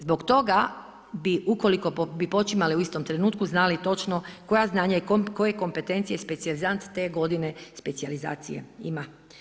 Zbog toga bi ukoliko bi počinjale u istom trenutku znali točno koja znanja i koje kompetencije specijalizant te godine specijalizacije ima.